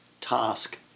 task